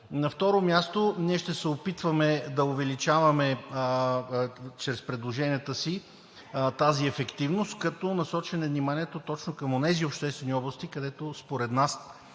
На второ място, ние ще се опитваме да увеличаваме чрез предложенията си тази ефективност, като насочваме вниманието точно към онези обществени области, където според нас